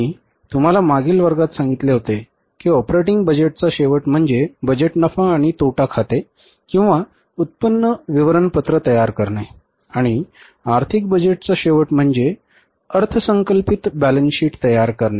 मी तुम्हाला मागील वर्गात सांगितले होते की ऑपरेटिंग बजेटचा शेवट म्हणजे बजेट नफा आणि तोटा खाते किंवा उत्पन्न विवरणपत्र तयार करणे आणि आर्थिक बजेटचा शेवट म्हणजे अर्थसंकल्पित बॅलन्स शीट तयार करणे